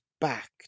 back